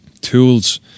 tools